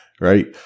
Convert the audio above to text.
right